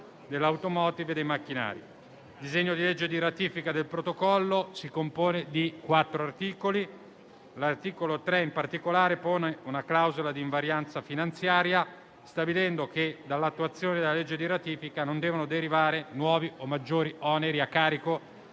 dell'*automotive* e dei macchinari. Il disegno di legge di ratifica del Protocollo si compone di quattro articoli e l'articolo 3 pone in particolare una clausola di invarianza finanziaria, stabilendo che dall'attuazione della legge di ratifica non devono derivare nuovi o maggiori oneri a carico